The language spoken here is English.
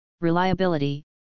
reliability